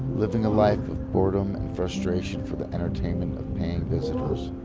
living a life of boredom and frustration for the entertainment of paying visitors.